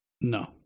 No